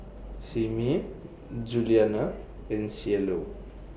Simmie Juliana and Cielo